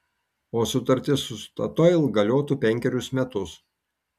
o sutartis su statoil galiotų penkerius metus